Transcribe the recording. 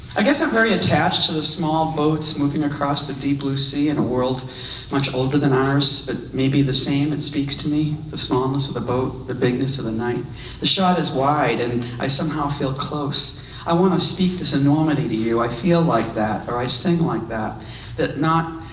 i guess i'm very attached to the small boats moving across the deep blue sea in a world much older than ours but maybe the same it speaks to me the smallness of the boat the bigness of the night the shot is wide and i somehow feel close i want to speak this enormity to you i feel like that or i sing like that that not